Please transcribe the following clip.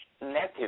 negative